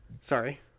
sorry